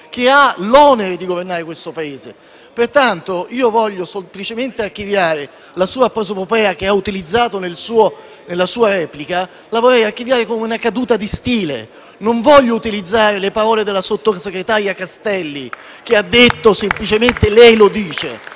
che ha l'onere di governare questo Paese. Pertanto, la sua prosopopea, che ha utilizzato nella replica, la vorrei archiviare come una caduta di stile. Non voglio utilizzare le parole del sottosegretario Castelli, che ha affermato semplicemente: «Lei lo dice».